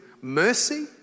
mercy